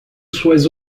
suas